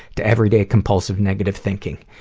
to everyday, compulsive negative thinking.